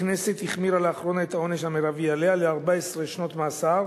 הכנסת החמירה לאחרונה את העונש המרבי עליה ל-14 שנות מאסר,